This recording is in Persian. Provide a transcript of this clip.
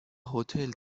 هتل